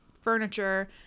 furniture